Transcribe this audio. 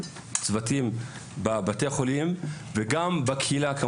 הצוותים של בתי החולים וגם בקהילה.